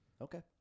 Okay